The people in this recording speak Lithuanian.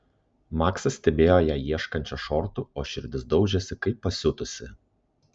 maksas stebėjo ją ieškančią šortų o širdis daužėsi kaip pasiutusi